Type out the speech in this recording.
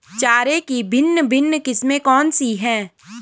चारे की भिन्न भिन्न किस्में कौन सी हैं?